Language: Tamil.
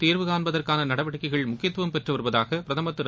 தீர்வுகாண்பதற்கான நடவடிக்கைகள் முக்கியத்துவம் பெற்று வருவதாக பிரதமர் திரு